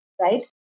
right